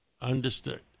Understood